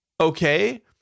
Okay